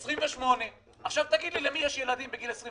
28. עכשיו, תגיד לי למי יש ילדים בגיל 28?